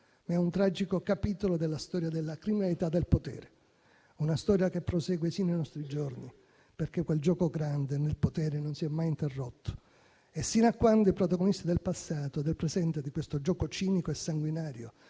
Essa è un tragico capitolo della storia della criminalità del potere; una storia che prosegue fino ai nostri giorni, perché quel gioco grande del potere non si è mai interrotto. E fino a quando i protagonisti del passato e del presente di questo gioco cinico e sanguinario